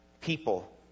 people